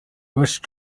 bush